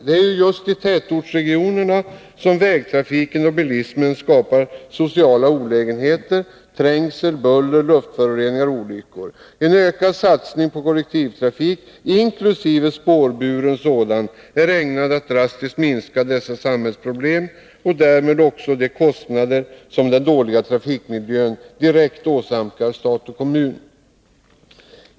Det är just i tätortsregionerna som vägtrafiken och bilismen skapar sociala olägenheter — trängsel, buller, luftföroreningar, olyckor. En ökad satsning på kollektivtrafik, inkl. spårbunden sådan, är ägnad att drastiskt minska dessa samhällsproblem och därmed också de kostnader som den dåliga trafikmiljön direkt åsamkar stat och kommun.